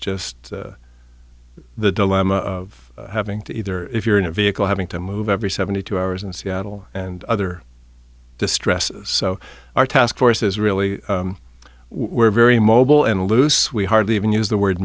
just the dilemma of having to either if you're in a vehicle having to move every seventy two hours in seattle and other distress so our task force is really we're very mobile and loose we hardly even use the word